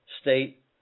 state